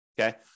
Okay